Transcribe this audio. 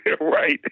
Right